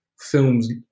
films